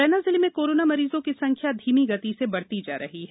मुरैना जिले में कोरोना मरीजों की संख्या धीमी गति से बढ़ती जा रही है